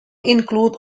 include